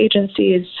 agencies